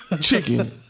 chicken